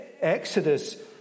Exodus